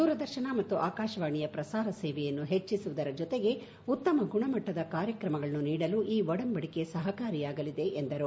ದೂರದರ್ಶನ ಮತ್ತು ಆಕಾಶವಾಣಿಯ ಪ್ರಸಾರ ಸೇವೆಯನ್ನು ಹೆಚ್ಚಿಸುವುದರ ಜೊತೆಗೆ ಉತ್ತಮ ಗುಣಮಟ್ಟದ ಕಾರ್ಯಕ್ರಮಗಳನ್ನು ನೀಡಲು ಈ ಒಡಂಬಡಿಕೆ ಸಹಕಾರಿಯಾಗಲಿದೆ ಎಂದರು